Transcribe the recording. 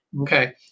okay